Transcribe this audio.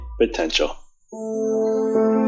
potential